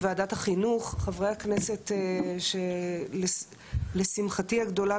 בוועדת החינוך - חברי הכנסת שלשמחתי הגדולה,